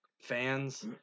fans